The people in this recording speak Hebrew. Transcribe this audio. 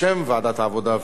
בשם ועדת העבודה,